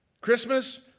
Christmas